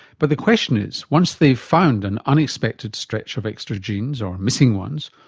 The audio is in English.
but the question is, once they've found an unexpected stretch of extra genes or missing ones,